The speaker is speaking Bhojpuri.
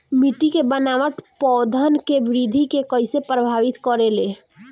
मिट्टी के बनावट पौधन के वृद्धि के कइसे प्रभावित करे ले?